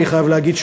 אני חייב להגיד,